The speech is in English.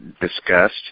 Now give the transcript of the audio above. discussed